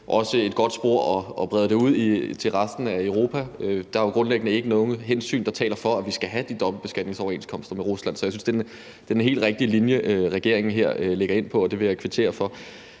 også et godt spor at brede det ud til resten af Europa. Der er jo grundlæggende ikke nogen hensyn, der taler for, at vi skal have de dobbeltbeskatningsoverenskomster med Rusland, så jeg synes, det er den helt rigtige linje, regeringen her har lagt, og det vil jeg kvittere for.